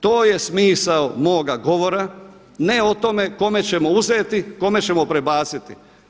To je smisao moga govora ne o tome kome ćemo uzeti, kome ćemo prebaciti.